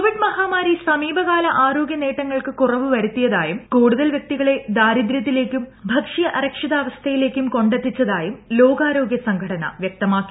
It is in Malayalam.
കോവിഡ് മഹാമാരി സമീപകാല ആരോഗ്യ നേട്ടങ്ങൾക്ക് കുറവ് വരുത്തിയതായും കൂടുതൽ വൃക്തികളെ ദാരിദ്രൃത്തിലേക്കും ഭക്ഷ്യ അരക്ഷിതാവസ്ഥയിലേക്കും കൊണ്ടെത്തിച്ചതായും ലോകാരോഗൃ സംഘടന വൃക്തമാക്കി